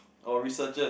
or researchers